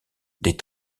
des